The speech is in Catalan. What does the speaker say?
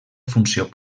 funció